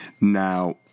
Now